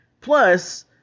Plus